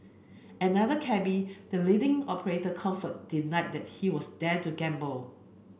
another cabby the leading operator comfort denied that he was there to gamble